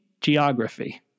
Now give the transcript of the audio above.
geography